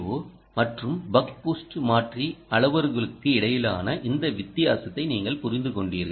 ஓ மற்றும் buck boost மாற்றி அளவுருக்களுக்கு இடையிலான இந்த வித்தியாசத்தை நீங்கள் புரிந்து கொண்டீர்கள்